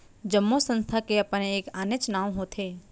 जम्मो संस्था के अपन एक आनेच्च नांव होथे